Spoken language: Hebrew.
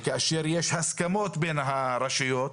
וכאשר יש הסכמות בין הרשויות,